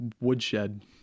woodshed